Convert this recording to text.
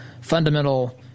fundamental